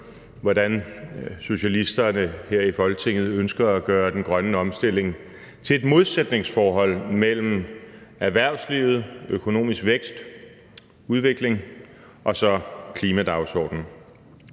hvordan socialisterne her i Folketinget ønsker at gøre den grønne omstilling til et modsætningsforhold mellem erhvervsliv, økonomisk vækst, udvikling og så en klimadagsorden,